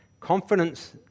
Confidence